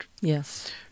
Yes